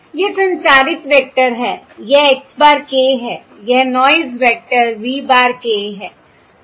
यह संचारित वेक्टर है यह x bar k है यह noise vector v bar k है